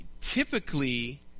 Typically